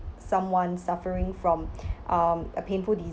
someone suffering from um a painful